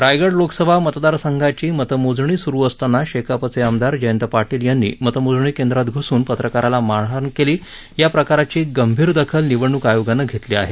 रायगड लोकसभा मतदार संघाची मतमोजणी सुरू असताना शेकापचे आमदार जयंत पाटील यांनी मतमोजणी केंद्रात घुसून पत्रकाराला मारहाण केली या प्रकाराची गंभीर दखल निवडणूक आयोगानं घेतली आहे